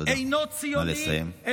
אינו ציוני,